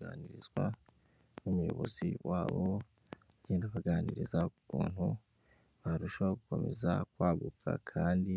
Ganirizwa n'umuyobozi wabo bagenda baganiriza ukuntu barushaho gukomeza kwagupfa kandi